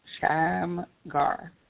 Shamgar